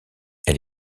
elle